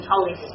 Holy